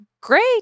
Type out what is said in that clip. great